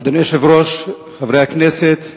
אדוני היושב-ראש, חברי הכנסת,